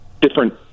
different